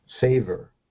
Savor